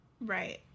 Right